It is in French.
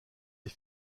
est